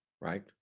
right